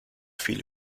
viel